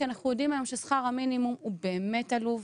כי אנחנו יודעים היום ששכר המינימום הוא באמת עלוב,